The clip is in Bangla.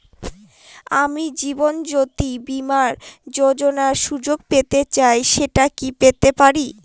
আমি জীবনয্যোতি বীমা যোযোনার সুযোগ পেতে চাই সেটা কি পেতে পারি?